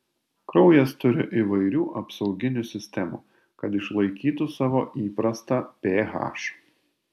kraujas turi įvairių apsauginių sistemų kad išlaikytų savo įprastą ph